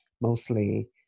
mostly